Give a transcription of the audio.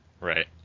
Right